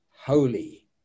holy